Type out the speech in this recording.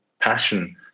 passion